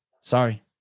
Sorry